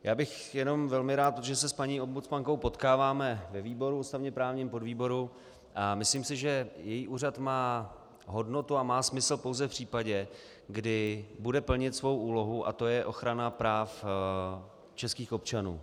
Já bych jenom velmi rád, protože se s paní ombudsmankou potkáváme v ústavněprávním výboru, v podvýboru a myslím si, že její úřad má hodnotu a má smysl pouze v případě, kdy bude plnit svou úlohu, a to je ochrana práv českých občanů.